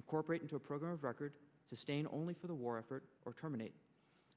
incorporate into a program of record sustain only for the war effort or terminate